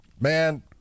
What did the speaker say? man